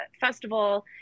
festival